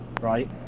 right